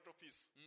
peace